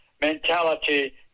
mentality